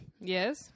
Yes